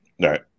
Right